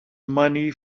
money